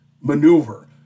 maneuver